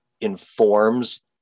informs